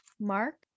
Mark